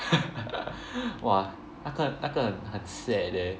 !wah! 那个那个很 sad leh